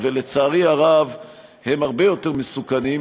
הם הרבה יותר מסוכנים,